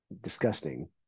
disgusting